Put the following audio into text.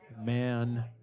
man